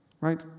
Right